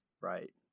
Right